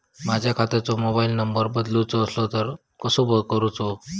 माझ्या खात्याचो mobile number बदलुचो असलो तर तो कसो करूचो?